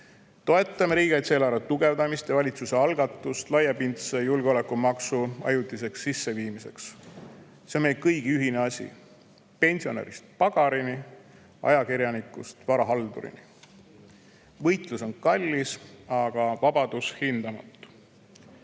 Toetame riigikaitse-eelarve tugevdamist ja valitsuse algatust laiapindse julgeoleku maksu ajutiseks sisseviimiseks. See on meie kõigi ühine asi, pensionärist pagarini, ajakirjanikust varahaldurini. Võitlus on kallis, aga vabadus